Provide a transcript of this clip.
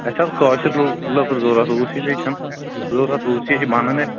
اَسہِ حظ کأشُر لو لٔکٕر ضروٗرت روٗسی بیٚیہِ چھَم ضروٗرت روٗسی چھِ بنان اَسہِ